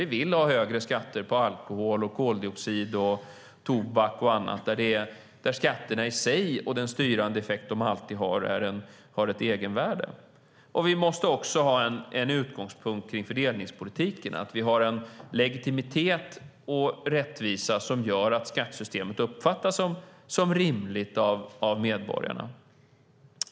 Vi vill ha högre skatter på alkohol, koldioxid, tobak och annat där skatterna i sig, och den styrande effekt de alltid har, har ett egenvärde. Vi måste också ha en utgångspunkt kring fördelningspolitiken, att vi har en legitimitet och rättvisa som gör att skattesystemet uppfattas som rimligt av medborgarna.